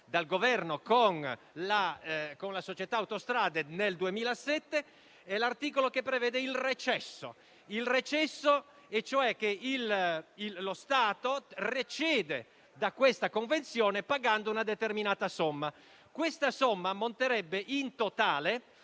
dal Governo con la società Autostrade nel 2007: è l'articolo che prevede il recesso e cioè che lo Stato recede da questa Convenzione pagando una determinata somma. Questa somma ammonterebbe in totale